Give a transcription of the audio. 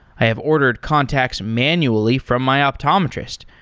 i have ordered contact manually from my optometrist,